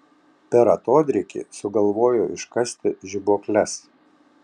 per atodrėkį sugalvojo iškasti žibuokles